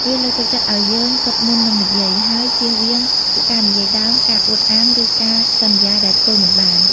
វាលើកទឹកចិត្តឲ្យយើងគិតមុននឹងនិយាយ ហើយជៀសវាងការនិយាយដើម ការអួតអាង ឬការសន្យាដែលធ្វើមិនបាន។